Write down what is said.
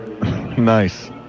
Nice